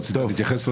רצית להתייחס,